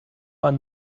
one